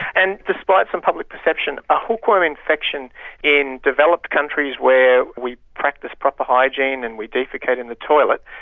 and despite some public perception, a hookworm infection in developed countries, where we practise proper hygiene and we defecate in the toilet,